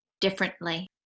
differently